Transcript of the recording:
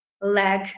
leg